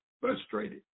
frustrated